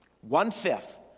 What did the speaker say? One-fifth